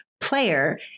player